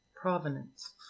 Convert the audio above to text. Provenance